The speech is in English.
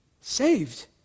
saved